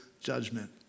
judgment